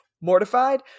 mortified